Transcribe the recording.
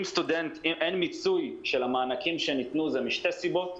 אם אין מיצוי של המענקים שניתנו זה משתי סיבות,